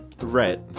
right